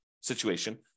situation